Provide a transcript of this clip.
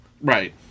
Right